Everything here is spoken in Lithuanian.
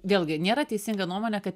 vėlgi nėra teisinga nuomonė kad